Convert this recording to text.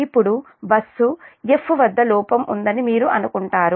ఇప్పుడు bus 'F' వద్ద లోపం ఉందని మీరు అనుకుంటారు